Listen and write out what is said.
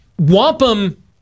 Wampum